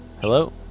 Hello